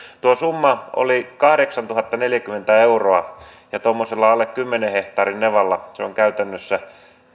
tuo summa oli kahdeksantuhattaneljäkymmentä euroa ja tuommoisella alle kymmenen hehtaarin nevalla se on käytännössä